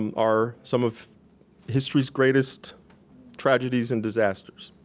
are some of history's greatest tragedies and disasters.